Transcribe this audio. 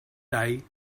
day